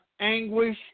anguish